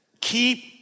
keep